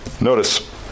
Notice